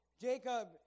Jacob